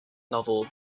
novel